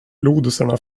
lodisarna